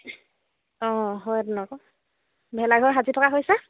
অঁ হয় তেনেকুৱা ভেলাঘৰ সাজি থকা হৈছে